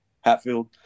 Hatfield